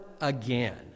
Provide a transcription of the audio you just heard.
again